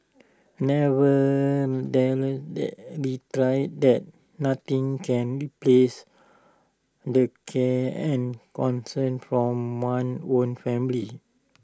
never reiterated that nothing can replace the care and concern from one's own family